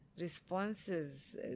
responses